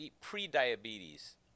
pre-diabetes